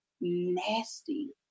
nasty